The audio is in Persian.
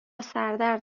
سردرد